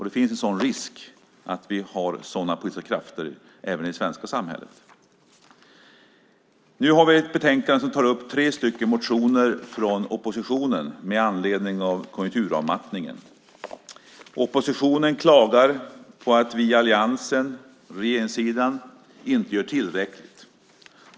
Det finns en risk att vi har sådana politiska krafter även i det svenska samhället. Nu har vi att behandla ett betänkande som tar upp tre motioner från oppositionen med anledning av konjunkturavmattningen. Oppositionen klagar på att vi i alliansen, regeringssidan, inte gör tillräckligt.